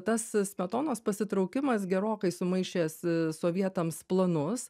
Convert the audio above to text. tas smetonos pasitraukimas gerokai sumaišęs sovietams planus